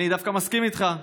אני דווקא מסכים איתך,